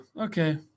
okay